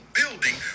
building